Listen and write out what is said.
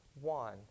one